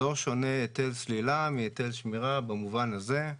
לא שונה היטל סלילה מהיטל שמירה במובן הזה.